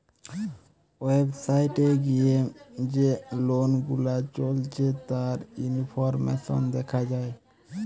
website এ গিয়ে যে লোন গুলা চলছে তার ইনফরমেশন দেখা যায়